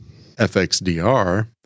FXDR